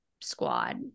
squad